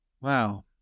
Wow